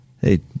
Hey